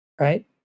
right